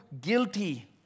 guilty